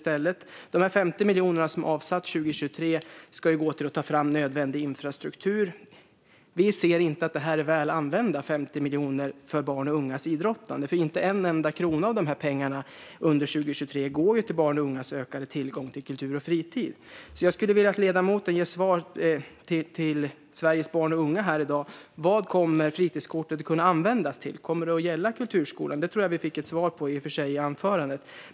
Dessa 50 miljoner som avsatts till 2023 ska gå till att ta fram nödvändig infrastruktur. Vi ser inte att det här är väl använda 50 miljoner för barns och ungas idrottande, för inte en enda krona av dessa pengar under 2023 går ju till barns och ungas ökade tillgång till kultur och fritid. Jag skulle därför vilja att ledamoten ger svar till Sveriges barn och unga här i dag: Vad kommer fritidskortet att kunna användas till? Kommer det att gälla kulturskolan? Det tror jag i och för sig att vi fick svar på i anförandet.